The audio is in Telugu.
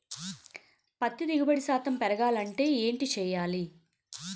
పత్తి దిగుబడి శాతం పెరగాలంటే ఏంటి చేయాలి?